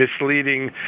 misleading